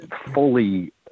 fully